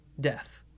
death